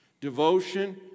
devotion